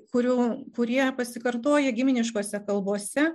kurių kurie pasikartoja giminiškose kalbose